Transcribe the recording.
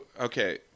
Okay